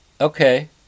Okay